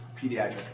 pediatric